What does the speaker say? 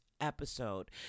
episode